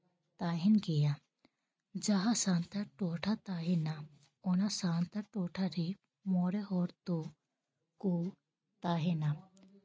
ᱛᱟᱦᱮᱱ ᱜᱮᱭᱟ ᱡᱟᱦᱟᱸ ᱥᱟᱱᱛᱟᱲ ᱴᱚᱴᱷᱟ ᱛᱟᱦᱮᱱᱟ ᱚᱱᱟ ᱥᱟᱱᱛᱟᱲ ᱴᱚᱴᱷᱟᱨᱮ ᱢᱚᱬᱮ ᱦᱚᱲ ᱫᱚ ᱠᱚ ᱛᱟᱦᱮᱱᱟ